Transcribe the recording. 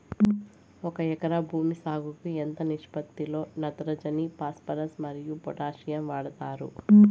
ఒక ఎకరా భూమి సాగుకు ఎంత నిష్పత్తి లో నత్రజని ఫాస్పరస్ మరియు పొటాషియం వాడుతారు